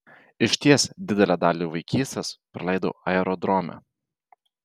išties didelę dalį vaikystės praleidau aerodrome